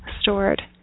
stored